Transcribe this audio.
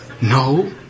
no